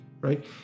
right